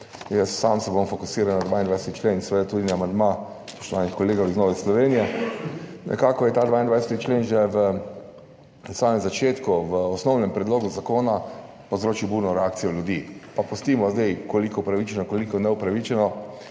Jaz se bom fokusiral na 22. člen in seveda tudi na amandma spoštovanih kolegov iz Nove Slovenije. Nekako je ta 22. člen že v samem začetku, v osnovnem predlogu zakona povzročil burno reakcijo ljudi, pa pustimo zdaj, koliko upravičeno, koliko neupravičeno,